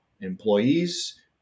employees